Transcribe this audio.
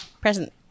Present